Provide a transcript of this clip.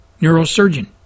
neurosurgeon